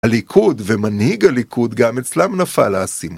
‫הליכוד ומנהיג הליכוד גם אצלם ‫נפל האסימון.